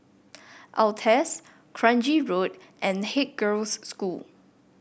Altez Kranji Road and Haig Girls' School